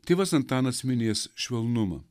tėvas antanas minės švelnumą